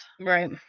Right